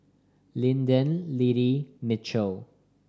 Linden Liddie Mitchel